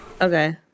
Okay